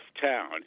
town